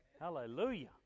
hallelujah